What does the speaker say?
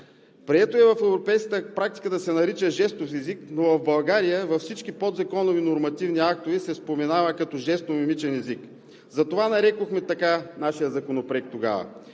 Прието е в европейската практика да се нарича жестов език, но в България във всички подзаконови нормативни актове се споменава като жестомимичен език и затова нарекохме така нашия законопроект.